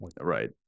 right